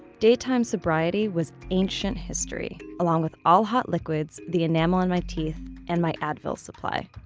daytime sobriety was ancient history along with all hot liquids, the enamel on my teeth, and my advil supply.